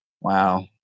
Wow